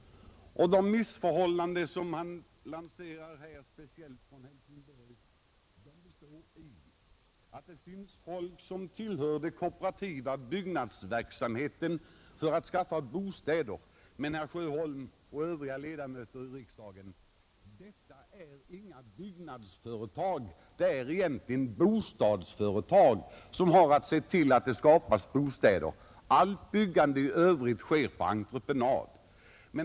De ”missförhållanden” i Helsingborg som herr Sjöholm speciellt påtalar består i att det i dessa nämnder finns personer som arbetar inom den kooperativa byggnadsverksamheten för att skaffa bostäder. Men, herr Sjöholm och övriga riksdagsledamöter, detta är inga byggnadsföretag, utan det är egentligen bostadsföretag som har att se till att det skapas bostäder. Allt byggande som sådant sker på entreprenad.